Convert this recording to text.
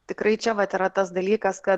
tikrai čia vat yra tas dalykas kad